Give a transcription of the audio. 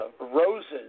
roses